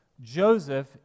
Joseph